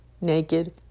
naked